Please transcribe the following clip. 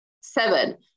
seven